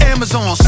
Amazon